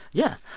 yeah.